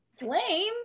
Lame